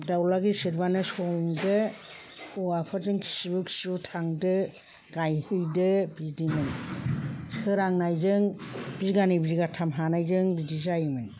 दावला गेसेरबानो संदो हौवाफोरजों खिबु खिबु थांदो गायहैदो बिदिमोन सोरांनायजों बिगानै बिगाथाम हानायजों बिदि जायोमोन